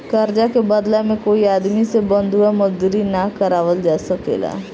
कर्जा के बदला में कोई आदमी से बंधुआ मजदूरी ना करावल जा सकेला